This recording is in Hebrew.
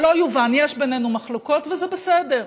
שלא יובן, יש ביננו מחלוקות, וזה בסדר.